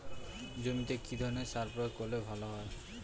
জমিতে কি ধরনের সার প্রয়োগ করলে ভালো হয়?